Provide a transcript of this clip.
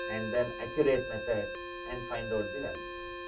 and then accurate method and find out the values.